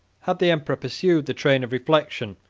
had the emperor pursued the train of reflection,